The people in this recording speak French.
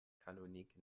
canonique